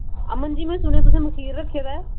अमन जी मैं सुनेआ तुसें मखीर रक्खे दा ऐ